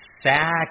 sack